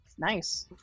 Nice